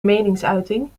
meningsuiting